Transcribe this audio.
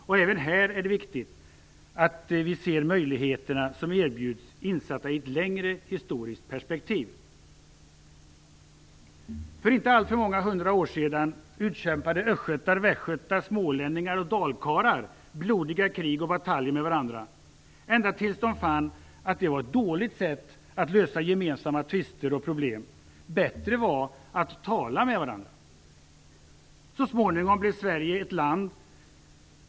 Och även här är det viktigt att vi ser de möjligheter som erbjuds insatta i ett längre historiskt perspektiv. För inte alltför många hundra år sedan utkämpade östgötar, västgötar, smålänningar och dalkarlar blodiga krig och bataljer med varandra, ända tills de fann att det var ett dåligt sätt att lösa gemensamma tvister och problem. Bättre var att tala med varandra. Så småningom blev Sverige ett land.